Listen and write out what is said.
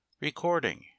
Recording